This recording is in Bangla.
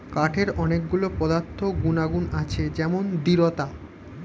কাঠের অনেক গুলো পদার্থ গুনাগুন আছে যেমন দৃঢ়তা